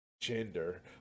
gender